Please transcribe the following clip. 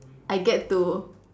I get to